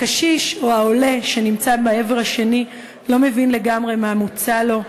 הקשיש או העולה שנמצא מהעבר השני לא מבין לגמרי מה מוצע לו,